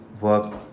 work